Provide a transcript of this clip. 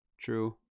true